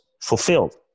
fulfilled